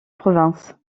province